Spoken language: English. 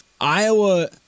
Iowa